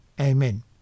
Amen